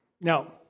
Now